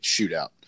shootout